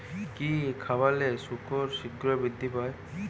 কি খাবালে শুকর শিঘ্রই বৃদ্ধি পায়?